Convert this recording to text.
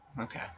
Okay